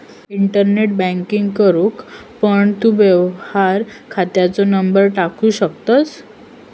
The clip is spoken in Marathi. इंटरनेट बॅन्किंग करूक पण तू व्यवहार खात्याचो नंबर टाकू शकतंस